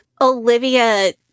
Olivia